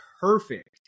perfect